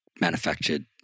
manufactured